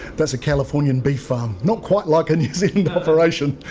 that's a californian beef farm, not quite like a new zealand operation.